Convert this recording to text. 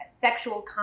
sexual